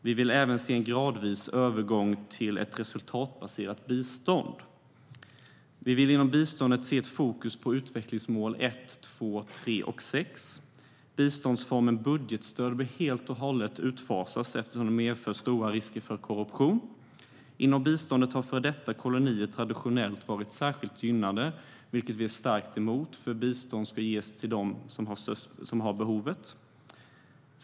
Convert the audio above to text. Vi vill även se en gradvis övergång till ett resultatbaserat bistånd. Vi vill inom biståndet se ett fokus på utvecklingsmål nr 1, 2, 3 och 6. Biståndsformen budgetstöd bör helt och hållet utfasas eftersom den medför för stora risker för korruption. Inom biståndet har före detta kolonier traditionellt varit särskilt gynnade, vilket vi är starkt emot. Biståndet bör i stället fördelas efter behov.